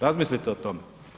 Razmislite o tome.